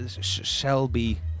Shelby